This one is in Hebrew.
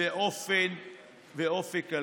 ואופק כלכלי.